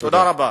תודה רבה.